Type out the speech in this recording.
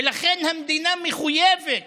ולכן המדינה מחויבת